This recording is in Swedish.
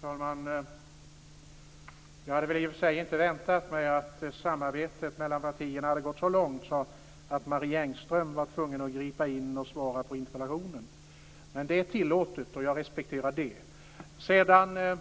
Fru talman! Jag hade väl i och för sig inte väntat mig att samarbetet mellan partierna hade gått så långt att Marie Engström var tvungen att gripa in och svara på interpellationen. Men det är tillåtet, och jag respekterar det. Sedan